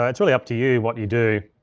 ah it's really up to you what you do.